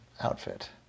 outfit